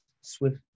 swift